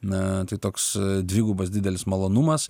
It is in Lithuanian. na tai toks dvigubas didelis malonumas